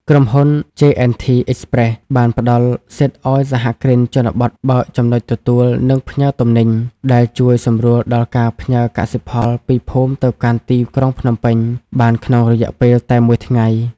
ក្រុមហ៊ុន ជេអែនធី អ៊ិចប្រេស (J&T Express) បានផ្ដល់សិទ្ធិឱ្យសហគ្រិនជនបទបើក "ចំណុចទទួល និងផ្ញើទំនិញ" ដែលជួយសម្រួលដល់ការផ្ញើកសិផលពីភូមិទៅកាន់ទីក្រុងភ្នំពេញបានក្នុងរយៈពេលតែមួយថ្ងៃ។